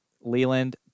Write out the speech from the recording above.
Leland